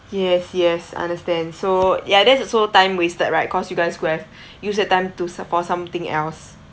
yes yes understand so ya that's also time wasted right cause you guys could have use that time to support something else